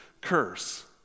curse